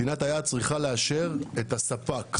מדינת היעד צריכה לאשר את הספק.